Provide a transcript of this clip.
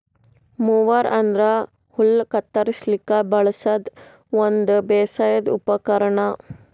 mower ಅಂದ್ರ ಹುಲ್ಲ್ ಕತ್ತರಸ್ಲಿಕ್ ಬಳಸದ್ ಒಂದ್ ಬೇಸಾಯದ್ ಉಪಕರ್ಣ್